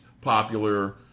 popular